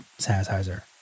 sanitizer